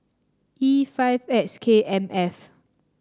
E five X K M F